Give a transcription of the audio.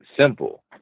simple